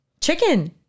Chicken